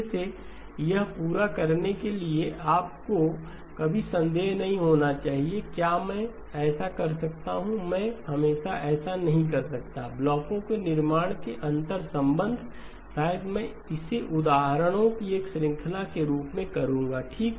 फिर से यह पूरा करने के लिए आपको कभी संदेह नहीं होना चाहिए क्या मैं ऐसा कर सकता हूं या मैं हमेशा ऐसा नहीं कर सकता ब्लॉकों के निर्माण के अंतर्संबंध शायद मैं इसे उदाहरणों की एक श्रृंखला के रूप में करूंगाठीक